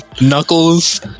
Knuckles